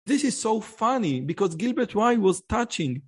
זה כל כך מצחיק, בגלל שגילברט וואי היה נוגע ללב.